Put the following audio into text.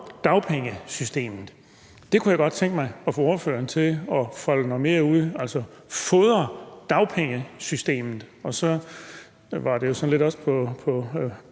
dagpengesystemet. Det kunne jeg godt tænke mig at få ordføreren til at folde noget mere ud – altså fodre dagpengesystemet. Det var jo også lidt på